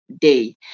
day